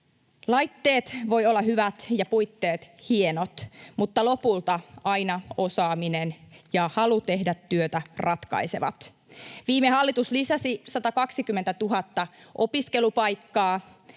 Laitteet voivat olla hyvät ja puitteet hienot, mutta lopulta aina osaaminen ja halu tehdä työtä ratkaisevat. Viime hallitus lisäsi 120 000 opiskelupaikkaa